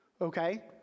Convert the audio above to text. okay